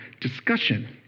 discussion